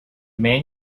man